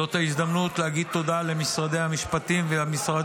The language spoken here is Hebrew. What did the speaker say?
זאת ההזדמנות להגיד תודה למשרד המשפטים ולמשרד